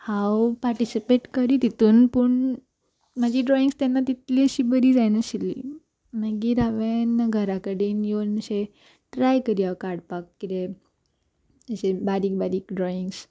हांव पार्टिसिपेट करी तितून पूण म्हाजी ड्रॉइंग्स तेन्ना तितली अशी बरी जायनाशिल्ली मागीर हांवेन घरा कडेन येवन अशें ट्राय करी हांव काडपाक कितें अशें बारीक बारीक ड्रॉइंग्स